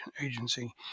Agency